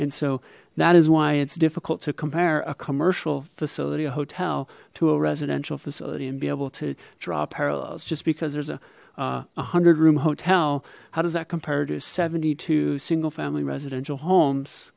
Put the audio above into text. and so that is why it's difficult to compare a commercial facility a hotel to a residential facility and be able to draw parallels just because there's a hundred room hotel how does that compare to seventy two single family residential homes